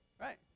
Right